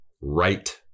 right